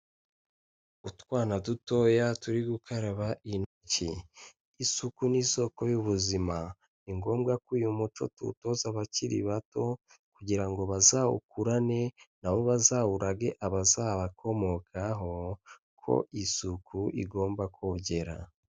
Utwana dutoya turi gukaraba intoki. Isuku ni isoko y'ubuzima. Ni ngombwa ko uyu muco tuwutoza abakiri bato kugira ngo bazawukurane nabo bazawurage abazabakomokaho ko isuku igomba kogera.